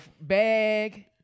bag